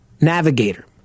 Navigator